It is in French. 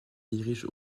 dirige